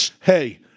hey